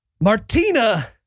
Martina